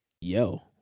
yo